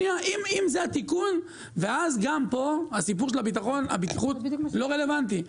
אם זה התיקון, גם הסיפור של הבטיחות לא רלוונטי.